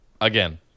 Again